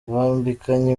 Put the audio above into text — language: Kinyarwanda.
bambikanye